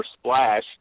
splash